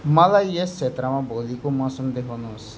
मलाई यस क्षेत्रमा भोलिको मौसम देखाउनुहोस्